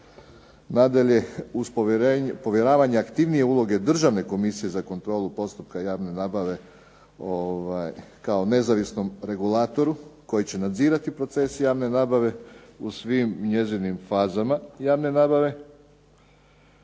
Nadalje, uz povjeravanje aktivnije uloge državne komisije za kontrolu postupka javne nabave kao nezavisnom regulatoru koji će nadzirati proces javne nabave u svim njezinim fazama javne nabave